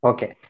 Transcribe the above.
Okay